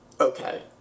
Okay